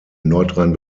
nordrhein